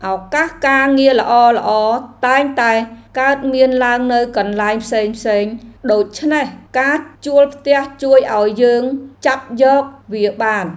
ឱកាសការងារល្អៗតែងតែកើតមានឡើងនៅកន្លែងផ្សេងៗ ដូច្នេះការជួលផ្ទះជួយឱ្យយើងចាប់យកវាបាន។